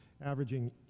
averaging